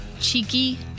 cheeky